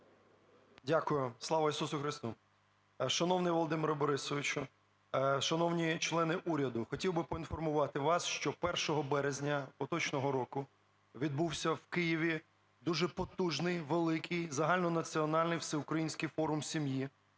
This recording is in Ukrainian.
Дякую. Слава Ісусу Христу! Шановний Володимире Борисовичу, шановні члени уряду! Хотів би поінформувати вас, що 1 березня поточного року відбувся в Києві дуже потужний, великий загальнонаціональний Всеукраїнський форум сім'ї,